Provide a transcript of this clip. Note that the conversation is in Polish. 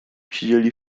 siedzieli